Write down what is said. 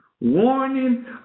warning